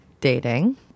dating